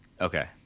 Okay